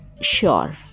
sure